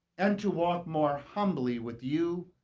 and to walk more humbly with you,